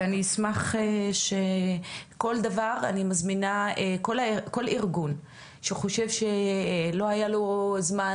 ואני אשמח שכל דבר אני מזמינה כל ארגון שחושב שלא היה לו זמן